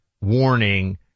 warning